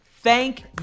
Thank